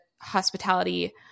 hospitality